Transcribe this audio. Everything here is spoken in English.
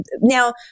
Now